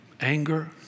anger